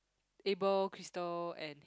Abel Crystal and